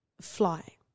fly